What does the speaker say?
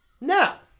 Now